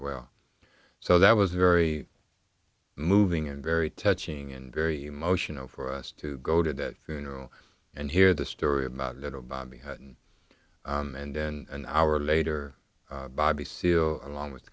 well so that was very moving and very touching and very emotional for us to go to that funeral and hear the story about little bobby hutton and then an hour later bobby seale along with